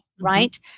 right